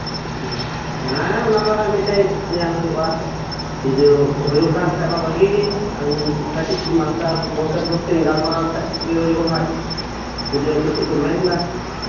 ᱚᱱᱟ ᱫᱚ ᱦᱟᱜ ᱢᱤᱫᱴᱮᱡ ᱧᱮᱞ ᱦᱩᱭᱩᱜᱼᱟ ᱡᱚᱫᱤ ᱦᱩᱭᱩᱜ ᱠᱟᱱ ᱠᱷᱟᱡ ᱢᱟ ᱵᱷᱟᱜᱤ ᱜᱮ ᱤᱧ ᱠᱟᱹᱴᱤᱡ ᱢᱟᱥᱴᱟᱨ ᱜᱚᱢᱠᱮ ᱛᱟᱠᱚ ᱥᱚᱝᱜᱮᱧ ᱜᱟᱞᱢᱟᱨᱟᱣ ᱞᱮᱜᱮ ᱪᱮᱫ ᱦᱩᱭᱩᱜᱼᱟ ᱱᱟᱦᱟᱜ ᱫᱤᱭᱮ ᱩᱱᱠᱩ ᱪᱮᱫ ᱠᱚ ᱢᱮᱱᱫᱟ